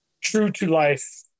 true-to-life